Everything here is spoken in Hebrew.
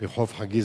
הראשונה,